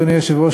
אדוני היושב-ראש,